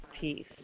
Peace